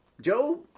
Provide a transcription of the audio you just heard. Job